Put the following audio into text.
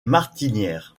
martinière